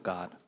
God